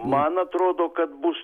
man atrodo kad bus